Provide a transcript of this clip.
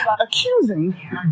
accusing